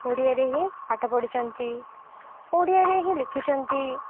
ଓଡ଼ିଆରେ ହିଁ ପାଠ ପଢ଼ିଛନ୍ତି ଓଡ଼ିଆରେ ହିଁ ଲେଖିଛନ୍ତି